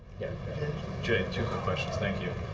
jay, two questions. thank you.